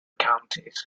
counties